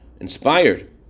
inspired